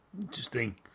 Interesting